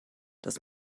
das